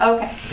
Okay